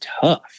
tough